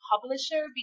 publisher